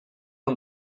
and